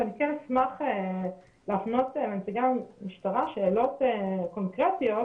אבל אני כן אשמח להפנות לנציגי המשטרה שאלות קונקרטיות.